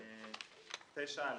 סעיף 9(א).